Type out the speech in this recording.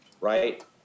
right